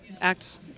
act